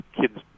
kids